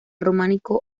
románico